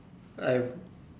I've